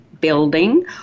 building